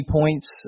points